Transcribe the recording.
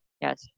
yes